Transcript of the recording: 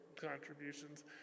contributions